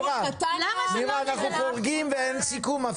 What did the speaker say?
נירה, אנחנו חורגים בזמן.